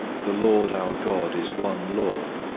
the lord our god is one lord,